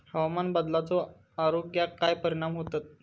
हवामान बदलाचो आरोग्याक काय परिणाम होतत?